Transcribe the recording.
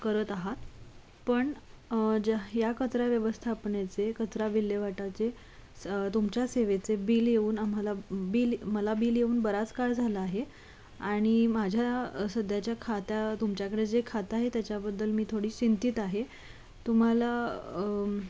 करत आहात पण ज्या ह्या कचरा व्यवस्थापनेचे कचरा विल्हेवाटेचे तुमच्या सेवेचे बिल येऊन आम्हाला बिल मला बिल येऊन बराच काळ झाला आहे आणि माझ्या सध्याच्या खात्या तुमच्याकडे जे खातं आहे त्याच्याबद्दल मी थोडी चिंतीत आहे तुम्हाला